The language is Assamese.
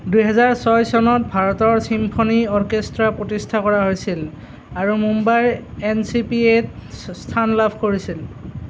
দুহেজাৰ ছয় চনত ভাৰতৰ চিম্ফ'নী অৰ্কেষ্ট্ৰাৰ প্ৰতিষ্ঠা কৰা হৈছিল আৰু মুম্বাইৰ এন চি পি এত স্থান লাভ কৰিছিল